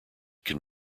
can